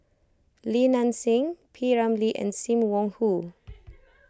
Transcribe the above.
Li Nanxing P Ramlee and Sim Wong Hoo